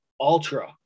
ultra